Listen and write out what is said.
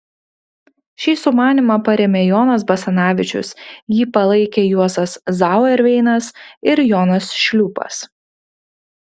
šį sumanymą parėmė jonas basanavičius jį palaikė juozas zauerveinas ir jonas šliūpas